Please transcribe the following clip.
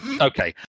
Okay